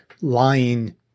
lying